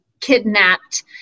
kidnapped